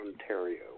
Ontario